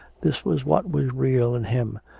this was what was real in him,